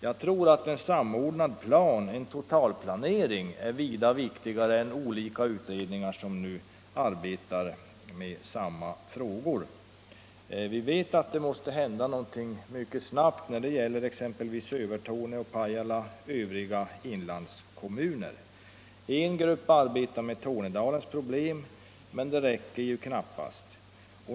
Jag tror att en samordnad plan, en totalplanering, är vida viktigare än att som nu olika utredningar arbetar med samma frågor. Vi vet att det måste hända någonting mycket snabbt när det gäller exempelvis Övertorneå, Pajala och övriga inlandskommuner. En grupp arbetar med Tornedalens problem, men det räcker knappast.